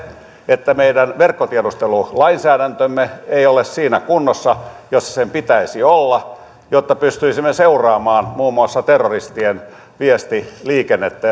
että meidän verkkotiedustelulainsäädäntömme ei ole siinä kunnossa jossa sen pitäisi olla jotta pystyisimme seuraamaan muun muassa terroristien viestiliikennettä